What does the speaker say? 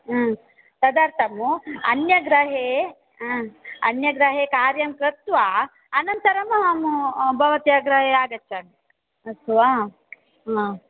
हा तदर्तमु अन्यगृहे हा अन्यग्रहे कार्यं कृत्वा अनन्तरमु अहमु बवत्याः गृहे आगच्चामि अस्तु वा हा